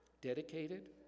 dedicated